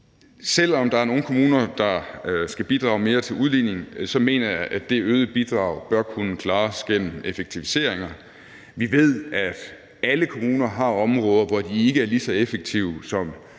Selv om der er nogle kommuner, der skal bidrage mere til udligning, mener jeg at det øgede bidrag bør kunne klares gennem effektiviseringer. Vi ved, at alle kommuner har områder, hvor de ikke er lige så effektive, som